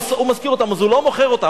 הוא משכיר אותן, אז הוא לא מוכר אותן.